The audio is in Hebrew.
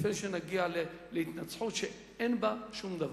לפני שנגיע להתנצחות שאין בה שום דבר.